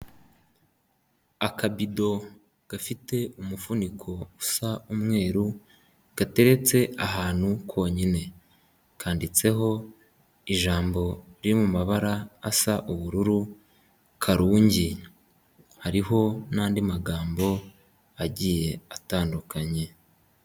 Akabido gafite umufuniko usa umweru gateretse ahantu konyine. kanditseho ijambo riri mumabara asa ubururu karungi, hariho n'andi magambo agiye atandukanye.